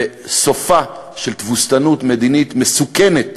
ואת סופה של תבוסתנות מדינית מסוכנת